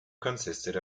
consisted